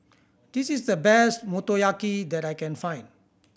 this is the best Motoyaki that I can find